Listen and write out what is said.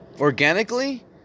Organically